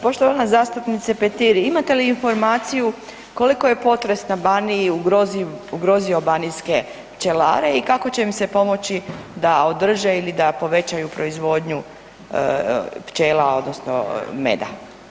Poštovana zastupnice Petir, imate li informaciju koliko je potres na Baniji ugrozio banijske pčelare i kako će im se pomoći da održe ili da povećaju proizvodnju pčela odnosno meda?